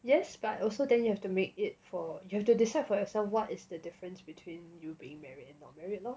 yes but also then you have to make it for you have to decide for yourself what is the difference between you being married and not married lor